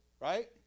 right